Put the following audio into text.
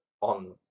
on